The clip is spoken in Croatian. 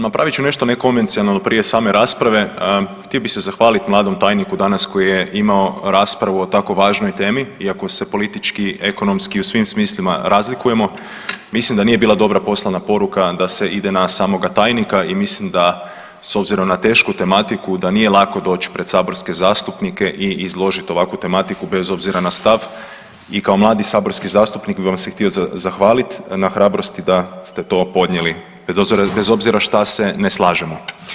Napravit ću nešto nekonvencionalno prije same rasprave, htio bih se zahvaliti mladom tajniku danas koji je imao raspravu o tako važnoj temi iako se politički, ekonomski i u svim smislima razlikujemo mislim da nije bila dobra poslana poruka da se ide na samoga tajnika i mislim da s obzirom na tešku tematiku da nije lako doći pred saborske zastupnike i izložiti ovakvu tematiku bez obzira na stav i kao mladi saborski zastupnik bih vam se htio zahvalit na hrabrosti da ste to podnijeli bez obzira šta se ne slažemo.